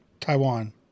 taiwan